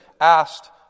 asked